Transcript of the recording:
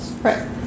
right